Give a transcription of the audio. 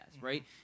right